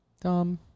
Dumb